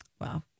Wow